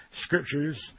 scriptures